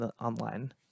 online